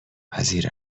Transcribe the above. پذیر